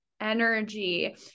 energy